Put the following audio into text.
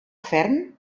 ferm